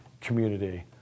community